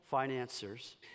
financiers